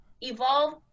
Evolve